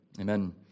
Amen